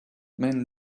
men